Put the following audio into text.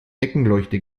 deckenleuchte